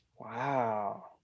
Wow